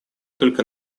только